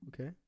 Okay